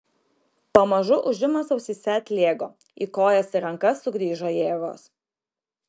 pamažu ūžimas ausyse atlėgo į kojas ir rankas sugrįžo jėgos